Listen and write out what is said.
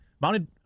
Mounted